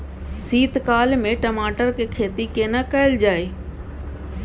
शीत काल में टमाटर के खेती केना कैल जाय?